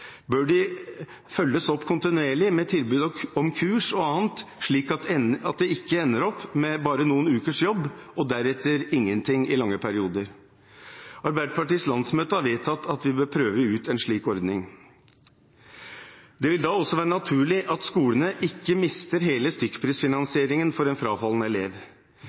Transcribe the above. bør de følges opp kontinuerlig med tilbud om kurs og annet, slik at det ikke ender opp med bare noen ukers jobb og deretter ingenting i lange perioder. Arbeiderpartiets landsmøte har vedtatt at vi bør prøve ut en slik ordning. Det vil da også være naturlig at skolene ikke mister hele stykkprisfinansieringen for en frafallen elev.